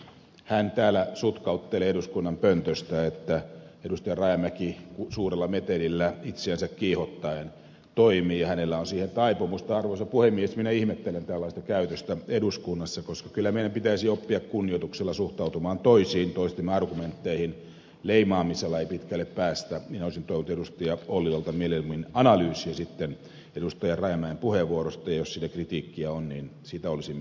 hän täällä sutkauttelee eduskunnan pöntöstä että pystyä rajamäki osuudella metelillä itseänsä kiihottaen toimii hänellä on siihen taipumusta arvoisa puhemies minä ihmettelen tällaista käytöstä eduskunnassa koska kyllä ne pitäisi oppia kunnioituksella suhtautumaan toisiin toistemme argumentteihin leimaamisella ei pitkälle päästä opetus ja ollilalta mielimme analyysi sitten edustaja leenan puheenvuorosta jos sitä kritiikkiä on niin sitä olisin